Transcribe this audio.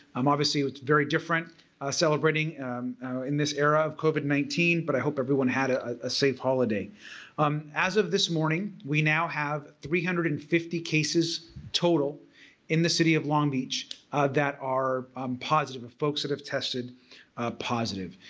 um obviously it's very different celebrating in this era of covid nineteen but i hope everyone had a ah safe holiday um as of this morning. we now have three hundred and fifty cases total in the city of long beach that are um positive of folks that have tested positive.